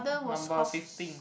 number fifteen